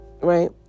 right